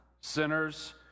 sinners